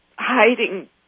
hiding